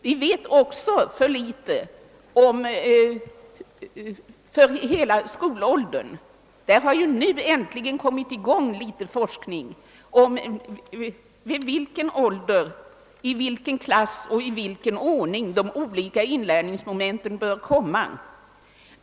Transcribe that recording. Vi vet över hu vud taget för litet om utvecklingen under hela skoltiden. Vi bar nu äntligen fått i gång litet forskning om i vilken ålder, i vilken klass och i vilken ordning de olika inlärningsmomenten bör komma.